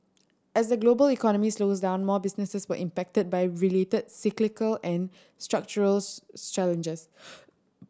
as the global economy slows down more businesses were impacted by related cyclical and structural challenges